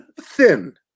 thin